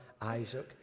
Isaac